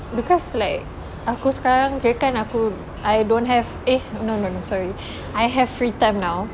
because like aku sekarang kirakan aku I don't have eh no no no sorry I have free time now